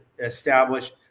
establish